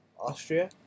Austria